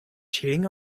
cheating